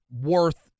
worth